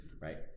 right